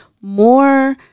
more